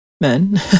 men